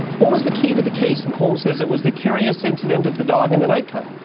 what was the key to the case, and holmes says, it was the curious incident of the dog in the nighttime.